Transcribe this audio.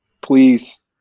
please